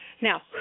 Now